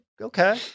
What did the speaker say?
okay